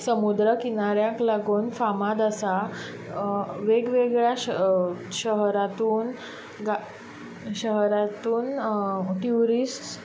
समुद्र किनाऱ्याक लागोन फामाद आसा वेगवेगळ्या शहरातून शहरातून ट्युरिस्ट